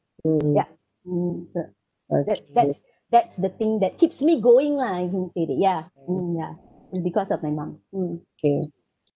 ya mmhmm so that's that's that's the thing that keeps me going lah you can say that yeah mmhmm ya it's because of my mom mm